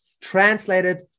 translated